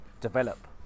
develop